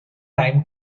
time